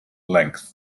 length